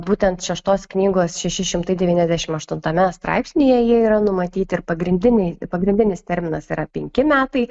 būtent šeštos knygos šeši šimtai devyniasdešimt aštuntame straipsnyje jie yra numatyti pagrindiniai pagrindinis terminas yra penki metai